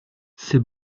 c’est